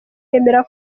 yemera